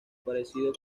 parecido